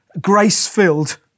grace-filled